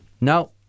No